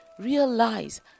realize